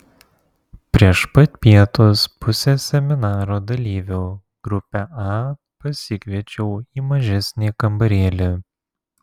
prieš pat pietus pusę seminaro dalyvių grupę a pasikviečiau į mažesnį kambarėlį